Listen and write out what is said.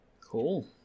Cool